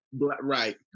Right